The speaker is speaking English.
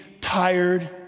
tired